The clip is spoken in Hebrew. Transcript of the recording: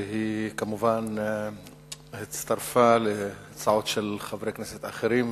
והיא כמובן הצטרפה להצעות של חברי כנסת אחרים,